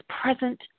present